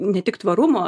ne tik tvarumo